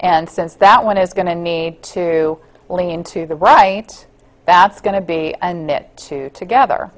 and since that one is going to need to lean to the right that's going to be a knit two together